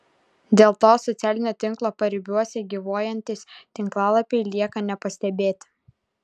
dėl to socialinio tinklo paribiuose gyvuojantys tinklalapiai lieka nepastebėti